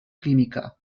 química